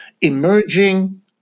emerging